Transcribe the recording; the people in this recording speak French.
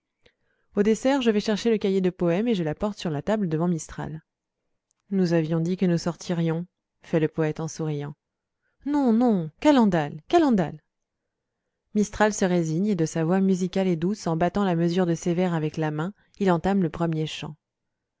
au dessert je vais chercher le cahier de poème et je l'apporte sur la table devant mistral nous avions dit que nous sortirions fait le poète en souriant non non calendal calendal mistral se résigne et de sa voix musicale et douce en battant la mesure de ses vers avec la main il entame le premier chant